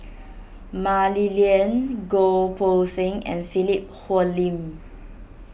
Mah Li Lian Goh Poh Seng and Philip Hoalim